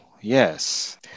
yes